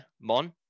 Mon